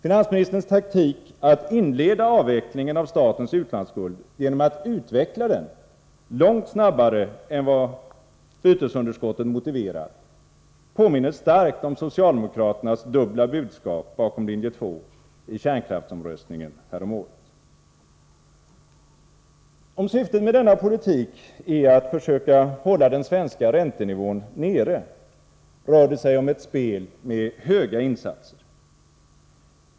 Finansministerns taktik att inleda avvecklingen av statens utlandsskuld genom att utveckla den långt snabbare än vad bytesunderskottet motiverar påminner starkt om socialdemokraternas dubbla budskap bakom linje 2 i kärnkraftsomröstningen häromåret. Om syftet med denna politik är att försöka hålla den svenska räntenivån nere, rör det sig om ett spel med höga insatser.